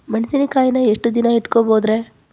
ಮೆಣಸಿನಕಾಯಿನಾ ಎಷ್ಟ ದಿನ ಇಟ್ಕೋಬೊದ್ರೇ?